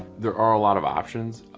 there are a lot of options.